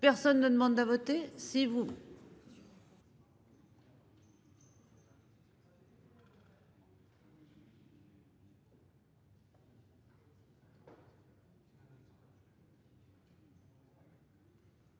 Personne ne demande à voter